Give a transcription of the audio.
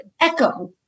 echo